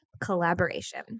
collaboration